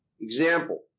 Example